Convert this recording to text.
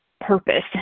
purpose